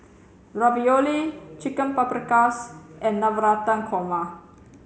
Ravioli Chicken Paprikas and Navratan Korma